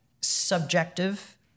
subjective